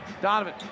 Donovan